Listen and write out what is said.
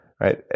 right